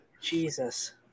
Jesus